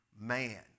man